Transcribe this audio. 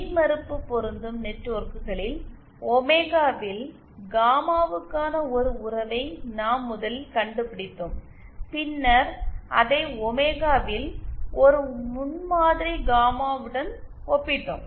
மின்மறுப்பு பொருந்தும் நெட்வொர்க்குகளில் ஒமேகாவில் காமாவுக்கான ஒரு உறவை நாம் முதலில் கண்டுபிடித்தோம் பின்னர் அதை ஒமேகாவில் ஒரு முன்மாதிரி காமாவுடன் ஒப்பிட்டோம்